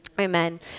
Amen